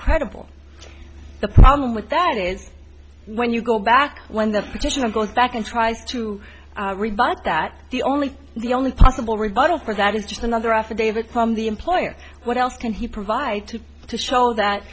credible the problem with that is when you go back when the petition and goes back and tries to rebut that the only the only possible rebuttal for that is just another affidavit from the employer what else can he provide to to show that